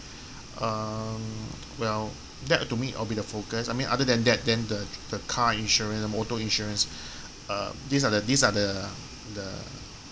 um well that to me will be the focus I mean other than then the the car insurance motor insurance uh these are the these are the the